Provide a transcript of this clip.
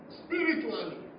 spiritually